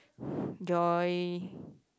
Joy